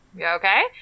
Okay